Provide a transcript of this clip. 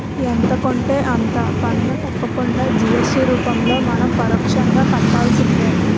ఎంత కొంటే అంత పన్ను తప్పకుండా జి.ఎస్.టి రూపంలో మనం పరోక్షంగా కట్టాల్సిందే